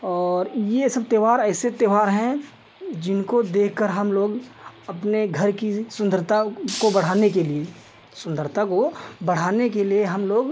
और यह सब त्योहार ऐसे त्योहार हैं जिनको देखकर हमलोग अपने घर की सुन्दरता को बढ़ाने के लिए सुन्दरता को बढ़ाने के लिए हमलोग